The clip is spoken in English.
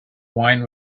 wine